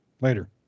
later